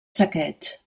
saqueig